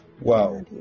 wow